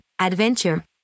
adventure